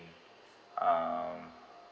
um